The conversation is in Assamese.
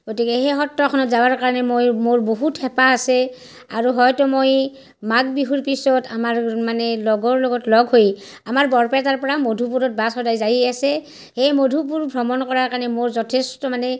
গতিকে সেই সত্ৰখনত যাৱাৰ কাৰণে মই মোৰ বহুত হেঁপাহ আছে আৰু হয়তো মই মাঘ বিহুৰ পিছত আমাৰ মানে লগৰ লগত লগ হৈ আমাৰ বৰপেটাৰ পৰা মধুপুৰত বাছ সদায় যায়েই আছে সেই মধুপুৰ ভ্ৰমণ কৰাৰ কাৰণে মোৰ যথেষ্ট মানে